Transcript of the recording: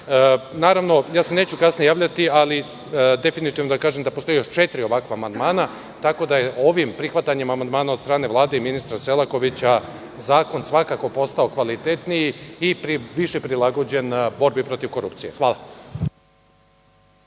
i kazne. Neću se kasnije javljati, ali definitivno želim da kažem da postoje još četiri ovakva amandmana, tako da je ovim prihvatanjem amandmana od strane Vlade i ministra Selakovića zakon svakako postao kvalitetniji i više prilagođen borbi protiv korupcije. Hvala.